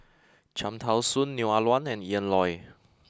Cham Tao Soon Neo Ah Luan and Ian Loy